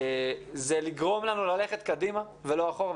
זה לגרום לנו ללכת קדימה ולא אחורה,